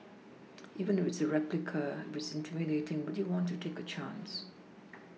even if it's a replica if it's intimidating would you want to take a chance